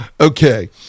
Okay